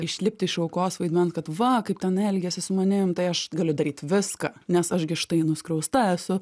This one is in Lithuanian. išlipti iš aukos vaidmens kad va kaip ten elgiasi su manim tai aš galiu daryt viską nes aš gi štai nuskriausta esu